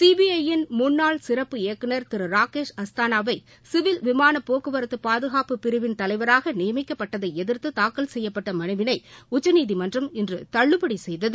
CBI யின் முன்னாள் சிறப்பு இயக்குநர் திரு ராகேஷ் அஸ்தானாவை சிவில் விமான போக்குவரத்து பாதுகாப்பு பிரிவின் தலைவராக நியமிக்கப்பட்டதை எதிர்த்து தாக்கல் செய்யப்பட்ட மனுவினை உச்சநீதிமன்றம் இன்று தள்ளுபடி செய்தது